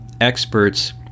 experts